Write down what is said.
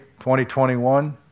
2021